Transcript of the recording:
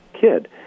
kid